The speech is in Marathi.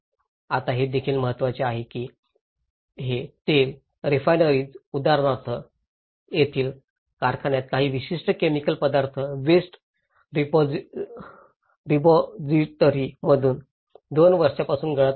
आता हे देखील महत्वाचे आहे की हे तेल रिफायनरीज उदाहरणार्थ उदाहरणार्थ तेथील कारखान्यात काही विशिष्ट केमिकल पदार्थ वेस्ट रेपॉजिटरी मधून दोन वर्षांपासून गळत आहेत